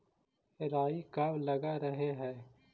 राई कब लग रहे है?